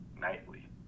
Nightly